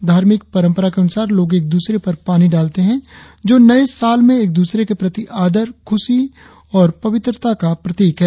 धार्मिक परंपरा के अनुसार लोग एक द्रसरे पर पानी डालते है जो नए साल में एक दूसरे के प्रति आदर खुशी और पवित्रता का प्रतीक है